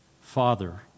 father